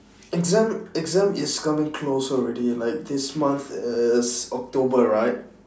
exam exam is coming closer already like this month is october right